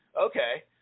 okay